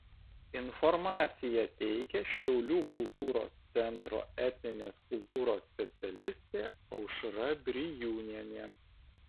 informaciją teikia šiaulių kultūros centro etninės kultūros specialistė aušra brijūnienė